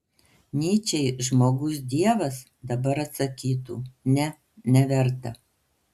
nyčei žmogus dievas dabar atsakytų ne neverta